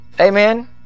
Amen